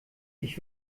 ich